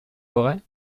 auray